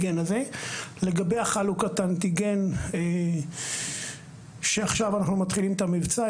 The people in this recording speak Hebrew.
לגבי חלוקת האנטיגן שעכשיו אנחנו מתחילים את המבצע,